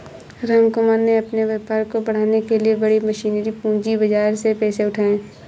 रामकुमार ने अपने व्यापार को बढ़ाने के लिए बड़ी मशीनरी पूंजी बाजार से पैसे उठाए